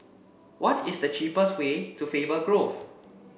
what is the cheapest way to Faber Grove